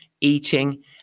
eating